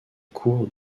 cour